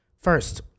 First